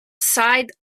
side